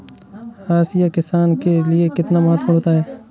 हाशिया किसान के लिए कितना महत्वपूर्ण होता है?